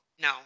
no